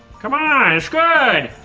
come on. it's good!